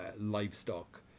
livestock